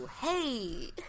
hey